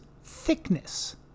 Thickness